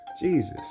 Jesus